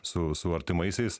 su su artimaisiais